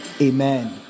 amen